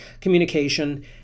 communication